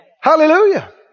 Hallelujah